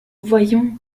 voyons